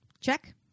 Check